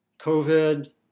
COVID